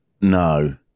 no